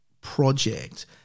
project